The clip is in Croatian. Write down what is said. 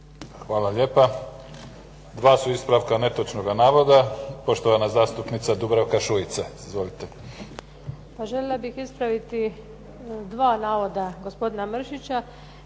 Hvala lijepa. Dva su ispravka netočnoga navoda. Poštovana zastupnica Dubravka Šuica. Izvolite. **Šuica, Dubravka (HDZ)** Pa željela bih ispraviti dva navoda gospodina Mršića